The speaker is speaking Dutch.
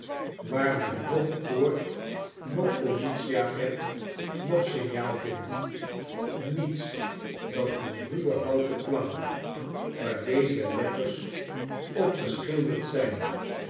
waar men noch poort noch politieagent noch signaal vindt niets dan een ruwe houten plank waar deze letters op geschilderd zijn